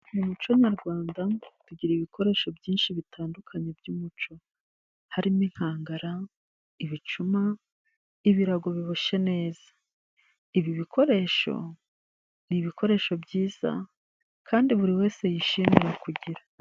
Mu muco nyarwanda tugira ibikoresho byinshi bitandukanye by'umuco harimo inkangara ibicuma ibirago biboshye neza ibi bikoresho ni ibikoresho byiza kandi buri wese yishimira kugira.